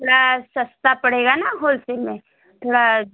थोड़ा सस्ता पड़ेगा ना होलसेल में थोड़ा